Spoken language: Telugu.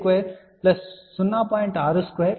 620